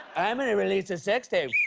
i'm gonna release a sex tape.